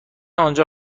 آنجا